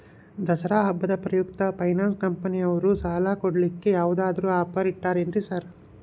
ದಸರಾ ಹಬ್ಬದ ಪ್ರಯುಕ್ತ ಫೈನಾನ್ಸ್ ಕಂಪನಿಯವ್ರು ಸಾಲ ಕೊಡ್ಲಿಕ್ಕೆ ಯಾವದಾದ್ರು ಆಫರ್ ಇಟ್ಟಾರೆನ್ರಿ ಸಾರ್?